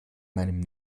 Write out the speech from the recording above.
meinem